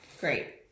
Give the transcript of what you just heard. Great